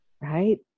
Right